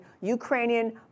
Ukrainian